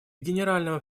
генеральному